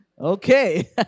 Okay